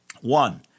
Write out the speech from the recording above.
One